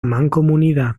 mancomunidad